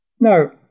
Now